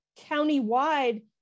countywide